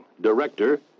director